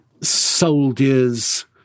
soldiers